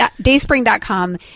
dayspring.com